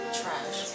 trash